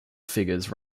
figures